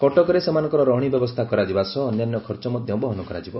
କଟକରେ ସେମାନଙ୍କର ରହଶୀ ବ୍ୟବସ୍ଗା କରାଯିବା ସହ ଅନ୍ୟାନ୍ୟ ଖର୍ଚ୍ଚ ମଧ୍ଧ ବହନ କରାଯିବ